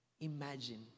Imagine